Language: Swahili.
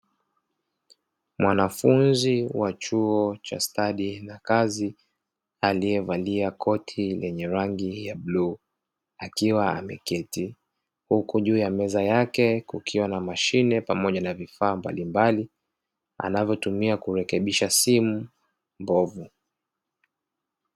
Mwanafunzi wa chuo cha stadi za kazi, aliyevalia koti lenye rangi ya bluu akiwa ameketi, huku juu ya meza yake kukiwa na mashine pamoja na vifaa mbalimbali anavyotumia kurekebisha simu mbovu.